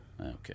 Okay